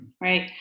right